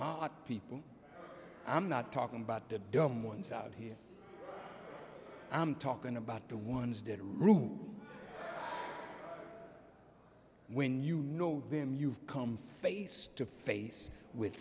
rt people i'm not talking about the dumb ones out here i'm talking about the ones that when you know them you've come face to face with